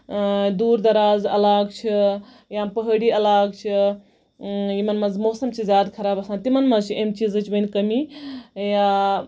دوٗر دَرازٕ علاقہٕ چھِ یا پَہٲڑی علاقہٕ چھِ یمن منٛز موسَم چھُ زیادٕ خراب آسان تِمن منٛز چھِ اَمہِ چیٖزٕچ ؤنہِ کٔمی یا